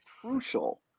crucial